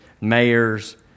mayors